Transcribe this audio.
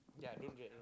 ya don't